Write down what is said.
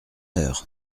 heure